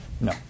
No